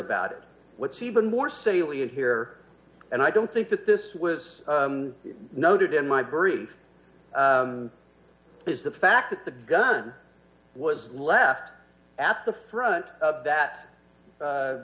about what's even more salient here and i don't think that this was noted in my brief is the fact that the gun was left at the front that u